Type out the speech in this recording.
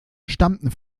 stammten